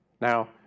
Now